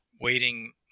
waiting